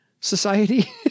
society